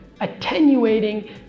attenuating